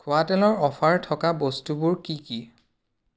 খোৱা তেলৰ অ'ফাৰ থকা বস্তুবোৰ কি কি